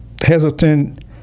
hesitant